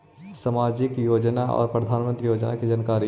समाजिक योजना और प्रधानमंत्री योजना की जानकारी?